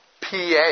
PA